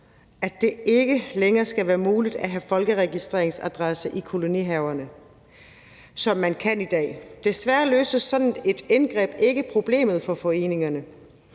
at det ikke længere skal være muligt at have folkeregisteradresse i kolonihaverne, som man kan i dag. Desværre løser sådan et indgreb ikke problemet for foreningerne.